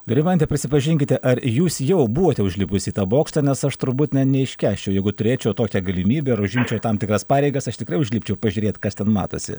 rimante prisipažinkite ar jūs jau buvote užlipusi į tą bokštą nes aš turbūt na neiškęsčiau jeigu turėčiau tokią galimybę ir užimčiau tam tikras pareigas aš tikrai užlipčiau pažiūrėt kas ten matosi